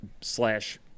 slash